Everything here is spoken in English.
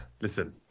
Listen